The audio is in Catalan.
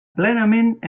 plenament